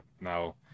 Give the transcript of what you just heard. now